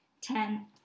ten